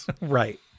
Right